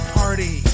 party